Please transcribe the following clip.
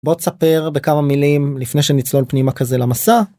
בוא תספר בכמה מילים לפני שנצלול פנימה כזה למסע.